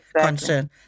concern